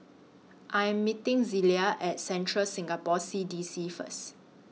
I Am meeting Zelia At Central Singapore C D C First